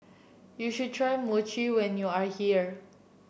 you should try Mochi when you are here